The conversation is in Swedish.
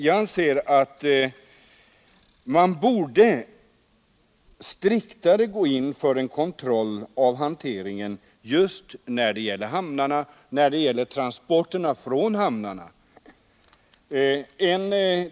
Jag anser att man borde ha en striktare kontroll av hanteringen när det gäller hamnarna och transporterna från hamnarna.